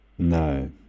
No